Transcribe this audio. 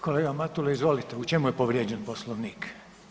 Kolega Matula izvolite, u čemu je povrijeđen Poslovnik?